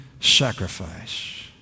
sacrifice